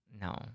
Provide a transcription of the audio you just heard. No